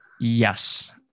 Yes